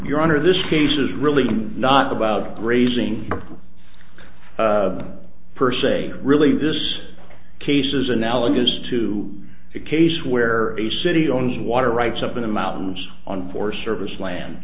your honor this case is really not about raising them per se really this case is analogous to a case where a city on the water rights up in the mountains on for service land